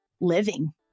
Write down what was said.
living